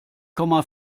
komma